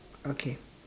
okay